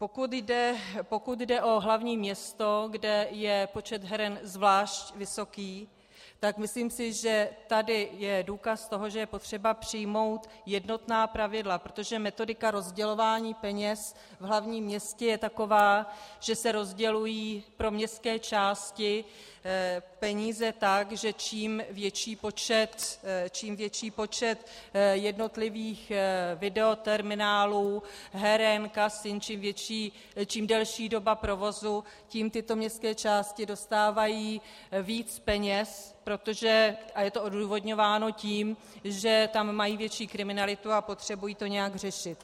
Pokud jde o hlavní město, kde je počet heren zvlášť vysoký, tak myslím si, že tady je důkaz toho, že je potřeba přijmout jednotná pravidla, protože metodika rozdělování peněz v hlavním městě je taková, že se rozdělují pro městské části peníze tak, že čím větší počet jednotlivých videoterminálů, heren, kasin, čím delší doba provozu, tím tyto městské části dostávají více peněz, protože, a je to odůvodňováno tím, že tam mají větší kriminalitu a potřebují to nějak řešit.